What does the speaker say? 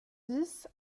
dix